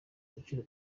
agaciro